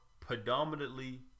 predominantly